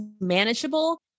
manageable